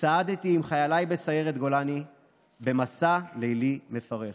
צעדתי עם חייליי בסיירת גולני במסע לילי מפרך.